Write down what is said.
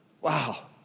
Wow